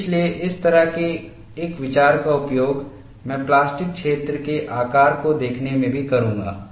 इसलिए इस तरह के एक विचार का उपयोग मैं प्लास्टिक क्षेत्र के आकार को देखने में भी करूंगा